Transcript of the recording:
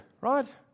right